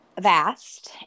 vast